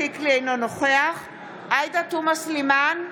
אינו נוכח עאידה תומא סלימאן,